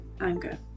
anger